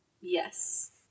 Yes